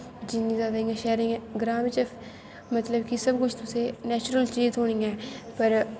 जियां कि शैह्रें ग्रांऽ बिच्च सब कुश मतलव तुसें गी नैचुर्ल चीज़ थहोंनी ऐ पर